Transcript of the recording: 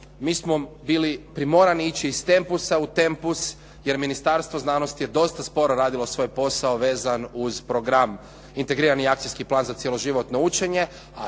mi smo bili primorani ići iz Tempusa u Tempus jer Ministarstvo znanosti je dosta sporo radilo svoj posao vezan uz program Integrirani akcijski plan za cjeloživotno učenje,